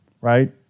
right